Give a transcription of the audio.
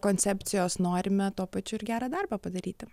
koncepcijos norime tuo pačiu ir gerą darbą padaryti